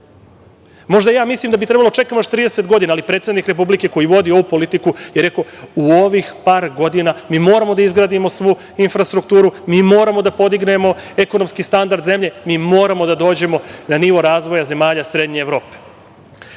ja mislim da bi trebalo da čekamo još 30 godina, ali predsednik Republike koji vodi ovu politiku je rekao - u ovih par godina mi moramo da izgradimo svu infrastrukturu, mi moramo da podignemo ekonomski standard zemlje, mi moramo da dođemo na nivo razvoja zemalja Srednje